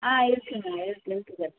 ஆ இருக்குதுங்கண்ணே இருக்குது இருக்குதுங்க